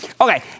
Okay